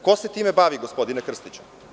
Ko se time bavi, gospodine Krstiću?